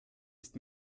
ist